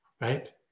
Right